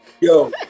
Yo